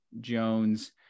Jones